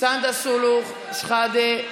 סונדוס סאלח, שחאדה,